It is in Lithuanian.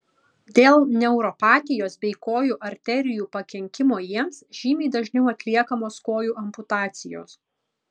dėl neuropatijos bei kojų arterijų pakenkimo jiems žymiai dažniau atliekamos kojų amputacijos